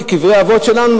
כי זה קברי אבות שלנו,